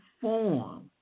form